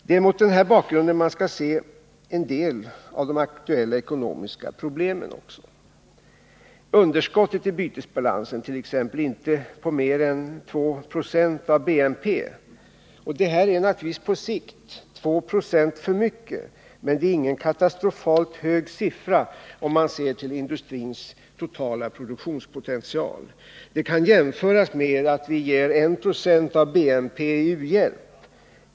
Det är mot den här bakgrunden man skall se en del av de aktuella ekonomiska problemen. Underskottet i bytesbalansen t.ex. är inte på mer än 2 Ze av BNP. Detta är naturligtvis på sikt 2 96 för mycket, men det är ingen katastrofalt hög siffra om man ser till industrins totala produktionspotential. Detta kan jämföras med att vi ger 1 90 av BNP i u-hjälp.